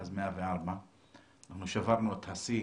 אז 104. אנחנו שברנו את השיא